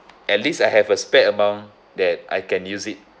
at least I have a spare amount that I can use it